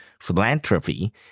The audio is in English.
philanthropy